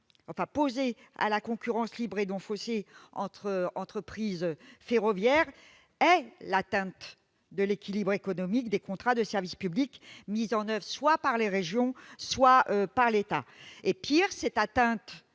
posée à la concurrence libre et non faussée entre entreprises ferroviaires est l'atteinte à l'équilibre économique des contrats de service public mis en oeuvre soit par les régions, soit par l'État. Pis, cette atteinte